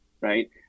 right